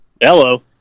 Hello